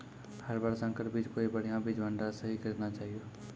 हर बार संकर बीज कोई बढ़िया बीज भंडार स हीं खरीदना चाहियो